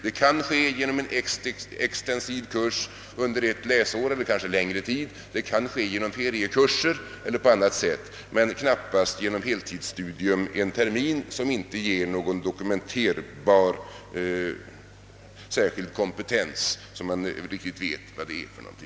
Det kan ordnas med en extensiv kurs under ett läsår eller längre tid eller genom feriekurser men knappast genom heltidsstudier under en termin som inte ger någon dokumenterbar, särskild kompetens som man vet vad det är för något.